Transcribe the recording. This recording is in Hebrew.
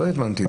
לא הבנתי,